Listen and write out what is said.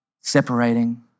separating